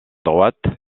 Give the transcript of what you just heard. droite